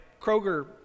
Kroger